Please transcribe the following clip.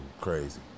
crazy